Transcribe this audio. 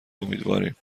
امیدواریم